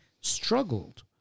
struggled